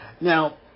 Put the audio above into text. Now